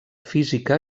física